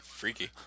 freaky